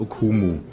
Okumu